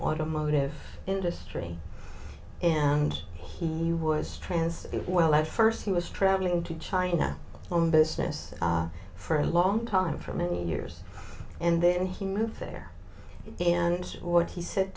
automotive industry and he was transit well at first he was traveling to china on business for a long time for many years and then he moved there and what he said